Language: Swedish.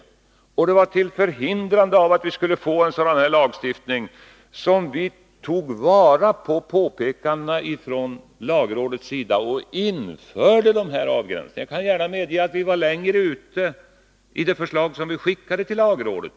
Det var till förhindrande av att vi skulle få en sådan här lagstiftning som vi tog vara på påpekandena från lagrådets sida och införde dessa avgränsningar. Jag kan gärna erkänna att vi hade gått längre i det förslag som vi skickade till lagrådet.